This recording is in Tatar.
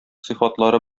сыйфатлары